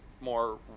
more